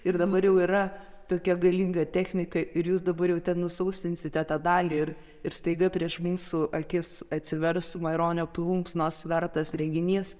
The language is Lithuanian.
ir dabar jau yra tokia galinga technika ir jūs dabar jau ten nusausinsite tą dalį ir ir staiga prieš mūsų akis atsivers maironio plunksnos vertas reginys